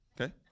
okay